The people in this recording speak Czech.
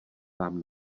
vám